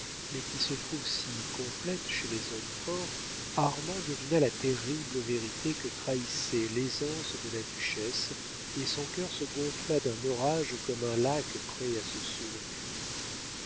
mais qui se trouve si complète chez les hommes forts armand devina la terrible vérité que trahissait l'aisance de la duchesse et son cœur se gonfla d'un orage comme un lac prêt à se soulever